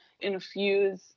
infuse